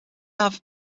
have